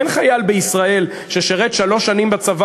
אין חייל בישראל ששירת שלוש שנים בצבא